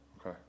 Okay